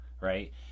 right